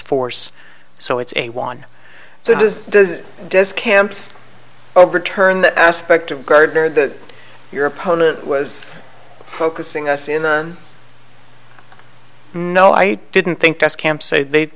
force so it's a one so does does it does camps overturn that aspect of gardner that your opponent was focusing us in a no i didn't think us camp say th